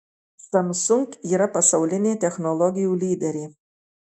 samsung yra pasaulinė technologijų lyderė